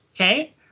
Okay